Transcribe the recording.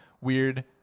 weird